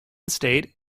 state